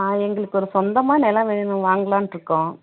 ஆ எங்களுக்கு ஒரு சொந்தமாக நிலோம் வேணும் வாங்கலாம்டு இருக்கோம்